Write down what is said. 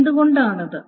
എന്തുകൊണ്ടാണത്